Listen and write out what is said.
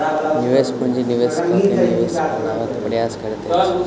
निवेश पूंजी निवेश कअ के निवेशक लाभक प्रयास करैत अछि